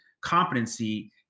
competency